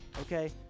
okay